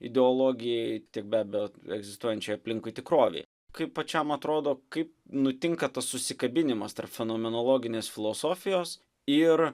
ideologijai tiek be abejo egzistuojančiai aplinkui tikrovei kaip pačiam atrodo kaip nutinka tas susikabinimas tarp fenomenologinės filosofijos ir